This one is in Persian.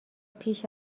پیش